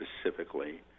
specifically